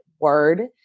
word